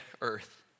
earth